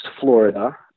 florida